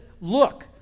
look